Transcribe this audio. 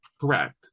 correct